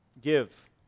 Give